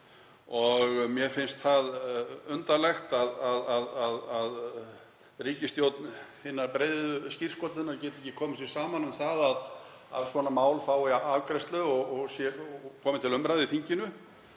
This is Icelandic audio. Mér finnst undarlegt að ríkisstjórn hinnar breiðu skírskotunar geti ekki komið sér saman um að svona mál fái afgreiðslu og komi til umræðu í þinginu.